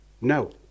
No